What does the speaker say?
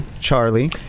Charlie